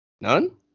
None